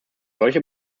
solche